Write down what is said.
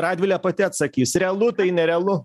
radvilė pati atsakys realu tai nerealu